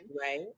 Right